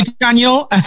daniel